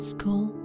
School